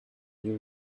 you